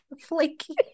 flaky